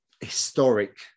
historic